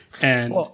And-